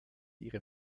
ihre